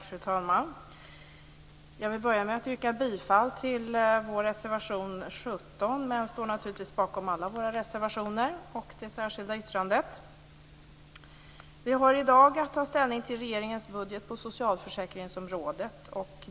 Fru talman! Jag vill börja med att yrka bifall till vår reservation 17, men jag står naturligtvis bakom alla våra reservationer och det särskilda yttrandet. Vi har i dag att ta ställning till regeringens budget på socialförsäkringsområdet.